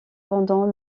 pendant